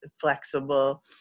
flexible